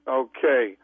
okay